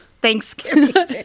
Thanksgiving